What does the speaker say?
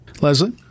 Leslie